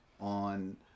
on